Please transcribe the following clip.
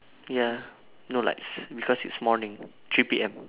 ya no lights because it's morning three P_M